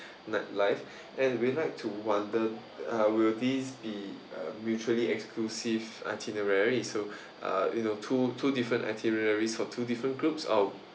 night life and we'd like to wonder uh will these be a mutually exclusive itinerary so uh you know two two different itineraries for two different groups or